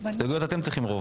הסתייגויות, אתם צריכים רוב.